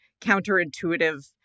counterintuitive